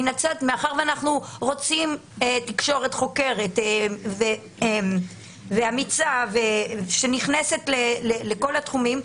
מאחר שאנחנו רוצים תקשורת חוקרת ואמיצה שנכנסת לכל התחומים,